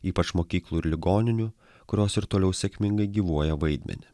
ypač mokyklų ir ligoninių kurios ir toliau sėkmingai gyvuoja vaidmenį